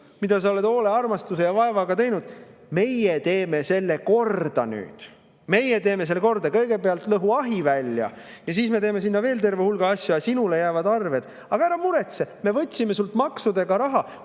mida sa oled hoole, armastuse ja vaevaga teinud, meie teeme nüüd korda. Meie teeme selle korda! Kõigepealt lõhu ahi välja ja siis me teeme sinna veel terve hulga asju, aga sinule jäävad arved. Aga ära muretse, me võtsime sult maksudega raha